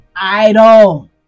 idol